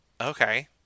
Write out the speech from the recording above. Okay